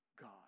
God